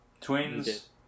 Twins